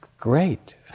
Great